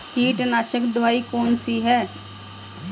कीटनाशक दवाई कौन कौन सी हैं?